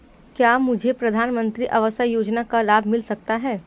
क्या मुझे प्रधानमंत्री आवास योजना का लाभ मिल सकता है?